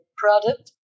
product